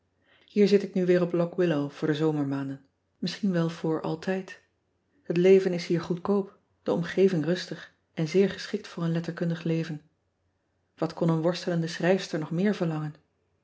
ier zit ik nu weer op ock illow voor de zomermaanden misschien wel voor altijd et leven is hier goedkoop de omgeving rustig en zeer geschikt voor een letterkundig leven at kon een worstelende schrijfster nog meer verlangen